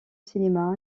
cinéma